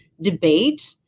debate